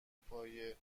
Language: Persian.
پایه